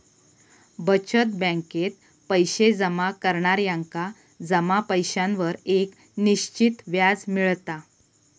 बचत बॅकेत पैशे जमा करणार्यांका जमा पैशांवर एक निश्चित व्याज मिळता